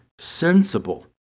Sensible